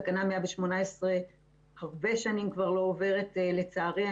תקנה 118 הרבה שנים כבר לא עוברת לצערי.